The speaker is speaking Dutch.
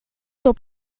top